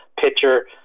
pitcher